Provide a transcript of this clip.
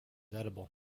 edible